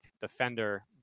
defender